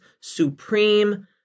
supreme